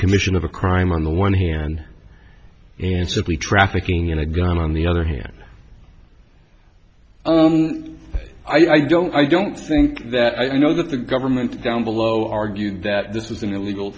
commission of a crime on the one hand and simply trafficking in advance on the other hand i don't i don't think that i know that the government down below argued that this is an illegal